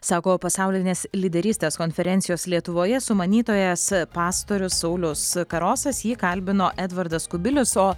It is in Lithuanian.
sako pasaulinės lyderystės konferencijos lietuvoje sumanytojas pastorius saulius karosas jį kalbino edvardas kubilius o